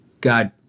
God